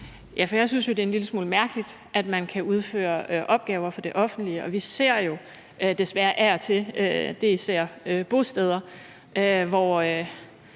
jeg synes jo, det er en lille smule mærkeligt, at man kan udføre opgaver for det offentlige uden den sikring. Vi ser jo